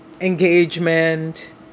engagement